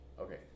Okay